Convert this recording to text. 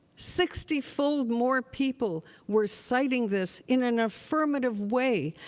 sixty fold more people were citing this in an affirmative way,